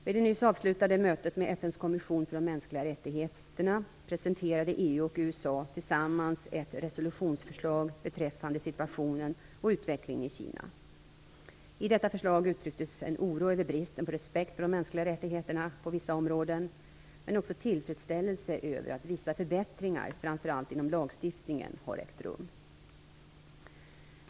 Vid det nyss avslutade mötet med FN:s kommission för de mänskliga rättigheterna presenterade EU och USA tillsammans ett resolutionsförslag beträffande situationen och utvecklingen i Kina. I detta förslag uttrycktes en oro över bristen på respekt för de mänskliga rättigheterna på vissa områden men också tillfredsställelse över att vissa förbättringar, framför allt inom lagstiftningen, har ägt rum.